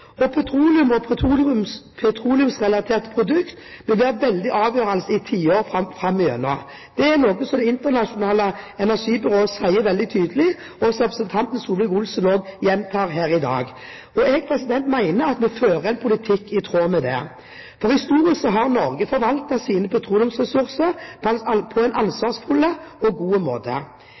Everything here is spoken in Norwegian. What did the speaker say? Petroleum og petroleumsrelaterte produkter vil være veldig avgjørende i tiår framover. Det er noe Det internasjonale energibyrå sier veldig tydelig, og som representanten Solvik-Olsen gjentar her i dag. Jeg mener at vi fører en politikk i tråd med det. Historisk har Norge forvaltet sine petroleumsressurser på en ansvarsfull og god måte. Vi har beveget oss nordover i takt med økt erfaring og